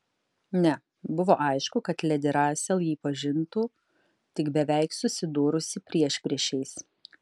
ne buvo aišku kad ledi rasel jį pažintų tik beveik susidūrusi priešpriešiais